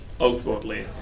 outwardly